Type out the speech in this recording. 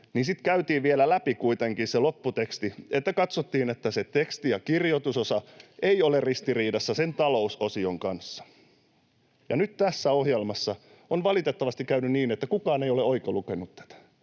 että silloin käytiin vielä kuitenkin läpi se lopputeksti, katsottiin, että se teksti ja kirjoitusosa eivät ole ristiriidassa sen talousosion kanssa, ja nyt tässä ohjelmassa on valitettavasti käynyt niin, että kukaan ei ole oikolukenut tätä.